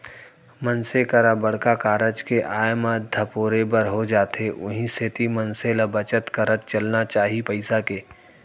मनसे करा बड़का कारज के आय म धपोरे बर हो जाथे उहीं सेती मनसे ल बचत करत चलना चाही पइसा के